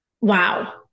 Wow